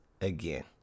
again